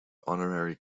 honorary